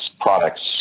products